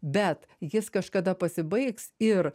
bet jis kažkada pasibaigs ir